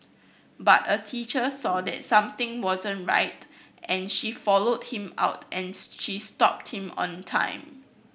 but a teacher saw that something wasn't right and she followed him out and she stopped him on time